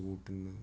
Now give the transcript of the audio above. വിളിച്ച് കൂട്ടുന്നു